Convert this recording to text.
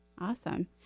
Awesome